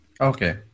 Okay